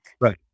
Right